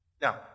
Now